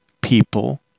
people